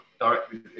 directly